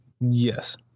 Yes